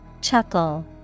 Chuckle